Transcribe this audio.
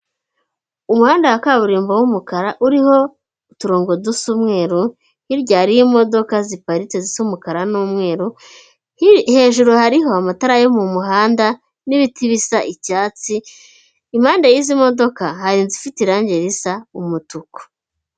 Umuhanda wa kaburimbo w'umukara uriho uturongo dusa umweru, hirya hariyo imodoka ziparitse z'umukara n'umweru. Hejuru hariho amatara yo mumuhanda n'ibiti bisa icyatsi, impande y'izi modoka hari inzu ifite irangi risa umutuku.